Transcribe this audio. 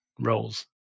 roles